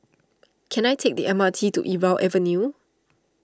can I take the M R T to Irau Avenue